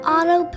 Auto